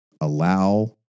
allow